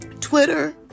Twitter